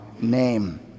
name